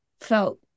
felt